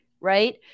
Right